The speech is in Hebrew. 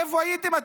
איפה הייתם אתם?